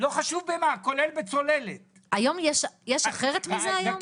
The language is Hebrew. לא חשוב במה, כולל בצוללת -- יש אחרת מזה היום?